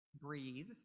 Breathe